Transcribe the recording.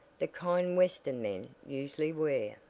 the kind western men usually wear.